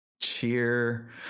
cheer